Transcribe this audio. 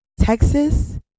Texas